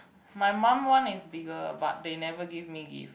my mum one is bigger but they never give me gift